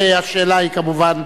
השאלה היא כמובן,